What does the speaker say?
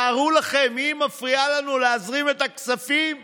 תארו לכם, היא מפריעה לנו להזרים את הכספים למשק.